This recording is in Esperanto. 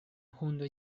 hundo